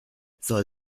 soll